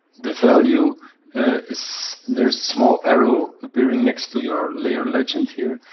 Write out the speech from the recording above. the value is there's small arrow appearing next to your layer legend, here,